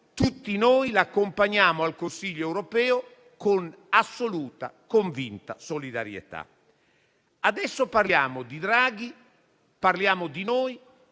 tutti noi la accompagniamo al Consiglio europeo con assoluta e convinta solidarietà. Adesso parliamo di Draghi e parliamo di noi.